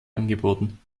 angeboten